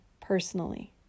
personally